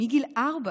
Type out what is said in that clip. מגיל ארבע